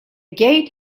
gate